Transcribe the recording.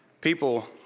people